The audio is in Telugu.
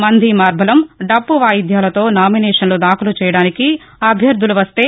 మందీ మార్బలం దప్పు వాయిద్యాలతో నామినేషన్లు దాఖలు చేయడానికి అభ్యర్థులు వస్తే